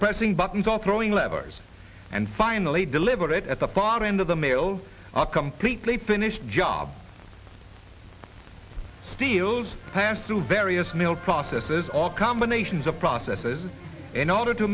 pressing buttons or throwing levers and finally deliver it at the far end of the mails are completely finished job steals passed through various mill processes all combinations of processes in order to